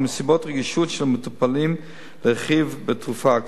או רגישות של מטופלים לרכיב בתרופה,